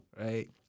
right